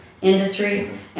industries